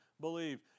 believe